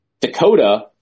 Dakota